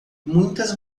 muitas